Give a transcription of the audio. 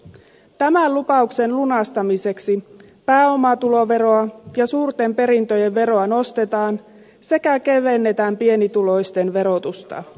tämän lupauksen lunastamiseksi pääomatuloveroa ja suurten perintöjen veroa nostetaan sekä kevennetään pienituloisten verotusta